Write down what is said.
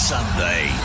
Sunday